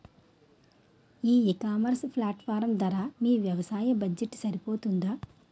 ఈ ecommerce platform ధర మీ వ్యవసాయ బడ్జెట్ సరిపోతుందా?